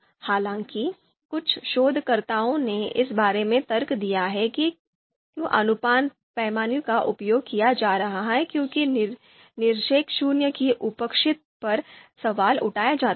हालांकि कुछ शोधकर्ताओं ने इस बारे में तर्क दिया है कि अनुपात पैमाने का उपयोग क्यों किया जा रहा है क्योंकि निरपेक्ष शून्य की उपस्थिति पर सवाल उठाया जाता है